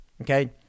okay